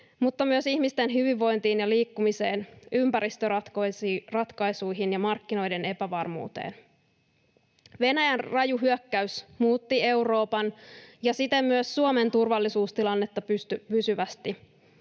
mutta myös ihmisten hyvinvointiin ja liikkumiseen, ympäristöratkaisuihin ja markkinoiden epävarmuuteen. Venäjän raju hyökkäys muutti Euroopan ja siten myös Suomen turvallisuustilannetta pysyvästi.